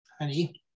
Honey